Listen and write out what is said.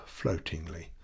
floatingly